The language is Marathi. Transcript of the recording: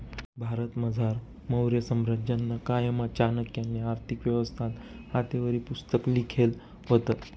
भारतमझार मौर्य साम्राज्यना कायमा चाणक्यनी आर्थिक व्यवस्थानं हातेवरी पुस्तक लिखेल व्हतं